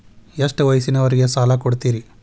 ಎಷ್ಟ ವಯಸ್ಸಿನವರಿಗೆ ಸಾಲ ಕೊಡ್ತಿರಿ?